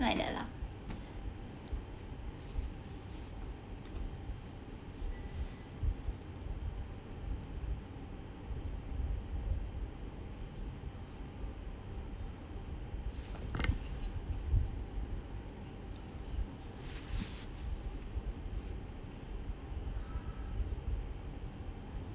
like that lah